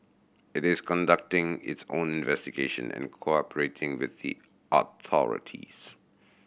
it is conducting its own investigation and cooperating with the authorities